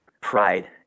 pride